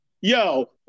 Yo